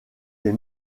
des